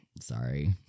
sorry